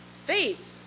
Faith